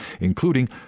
including